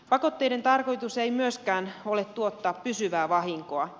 pakotteiden tarkoitus ei myöskään ole tuottaa pysyvää vahinkoa